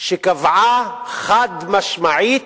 שקבעה חד-משמעית: